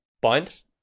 bind